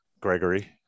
Gregory